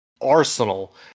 arsenal